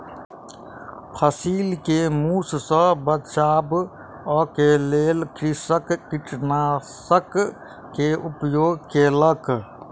फसिल के मूस सॅ बचाबअ के लेल कृषक कृंतकनाशक के उपयोग केलक